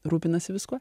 rūpinasi viskuo